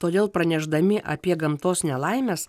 todėl pranešdami apie gamtos nelaimes